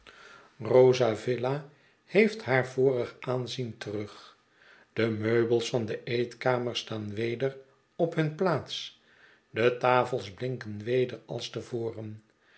rozavilla heeft haar vorig aanzien terug de meubels van de eetkamer staan weder op hun plaats de tafels blinken weder als te voren